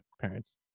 parents